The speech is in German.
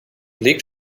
blick